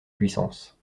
puissance